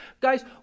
Guys